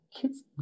kids